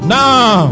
Now